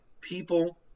people